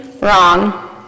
wrong